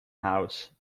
house